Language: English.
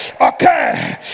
Okay